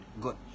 Good